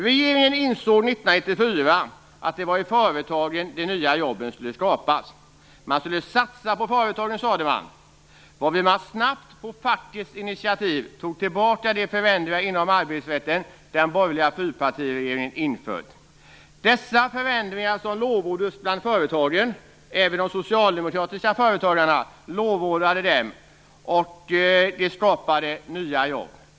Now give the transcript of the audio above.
Regeringen insåg 1994 att det var i företagen de nya jobben skulle skapas. Man skulle satsa på företagen, sade man, varvid man snabbt på fackets initiativ tog tillbaka de förändringar inom arbetsrätten den borgerliga fyrpartiregeringen infört. Dessa förändringar lovordades bland företagen, och även de socialdemokratiska företagarna lovordade dem, och de skapade nya jobb.